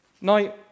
Now